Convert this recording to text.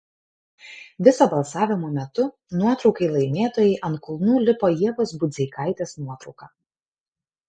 viso balsavimo metu nuotraukai laimėtojai ant kulnų lipo ievos budzeikaitės nuotrauka